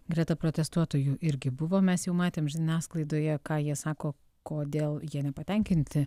greta protestuotojų irgi buvo mes jau matėm žiniasklaidoje ką jie sako kodėl jie nepatenkinti